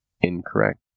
incorrect